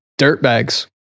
dirtbags